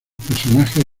personajes